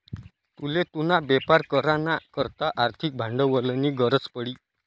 तुले तुना बेपार करा ना करता आर्थिक भांडवलनी गरज पडी